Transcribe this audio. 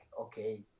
okay